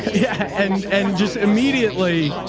yeah. and, and just immediately,